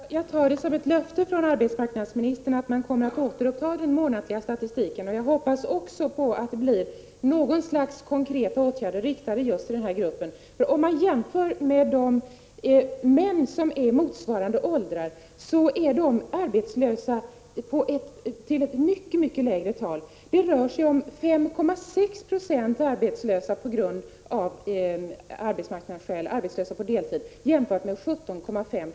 Herr talman! Jag tar det sagda som ett löfte från arbetsmarknadsministern om att man kommer att återuppta den månatliga statistiken. Jag hoppas också att det blir något slags konkreta åtgärder, riktade just till denna grupp. Jämför man med män i motsvarande åldrar finner man att de är arbetslösa i mycket lägre omfattning. Det rör sig om 5,6 90 arbetslösa på deltid av arbetsmarknadsskäl jämfört med 17,5 90.